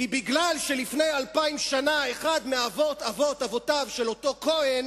כי לפני 2,000 שנה אחד מאבות אבות אבותיו של אותו כוהן